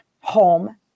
home